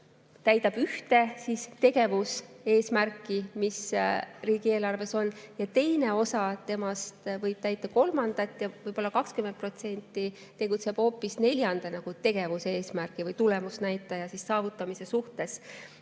täidab ühte tegevuseesmärki, mis riigieelarves on, ja teine osa temast võib täita kolmandat ja võib-olla 20% tegutseb hoopis neljanda tegevuseesmärgi või tulemusnäitaja saavutamise suhtes.